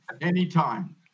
Anytime